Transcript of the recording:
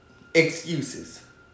excuses